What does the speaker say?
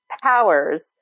powers